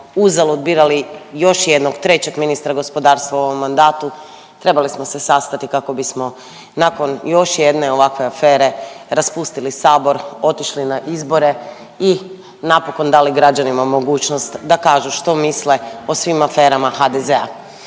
uzalud birali još jednog trećeg ministra gospodarstva u ovom mandatu, trebali smo se sastati kako bismo nakon još jedne ovakve afere raspustili Sabor, otišli na izbori i napokon dali građanima mogućnost da kažu što misle o svim aferama HDZ-a.